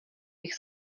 bych